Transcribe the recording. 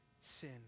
sin